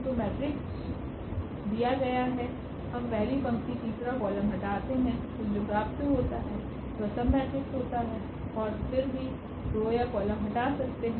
तो मेट्रिक्स दिया गया है हम पहली पंक्ति तीसरा कॉलम हटाते हैं तो जो प्राप्त होता है वह सब मेट्रिक्स होता है हम ओर भी रो या कॉलम हटा सकते है